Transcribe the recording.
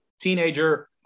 teenager